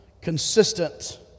consistent